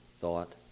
thought